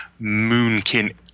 Moonkin